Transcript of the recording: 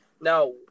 Now